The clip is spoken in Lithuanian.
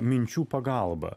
minčių pagalba